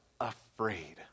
afraid